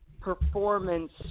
performance